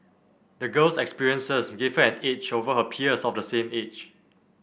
the girl's experiences gave her an edge over her peers of the same age